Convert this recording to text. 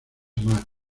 amat